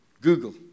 Google